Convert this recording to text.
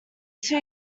two